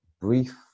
brief